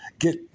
get